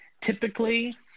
Typically